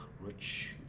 rich